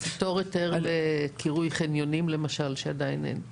לפטור היתר לקירוי חניונים, למשל, שעדיין אין.